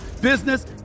business